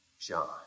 John